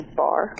bar